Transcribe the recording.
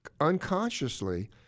unconsciously